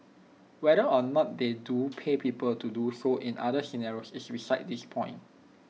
whether or not they do pay people to do so in other scenarios is besides this point